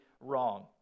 wrong